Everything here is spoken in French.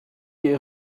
des